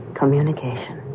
communication